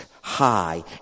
high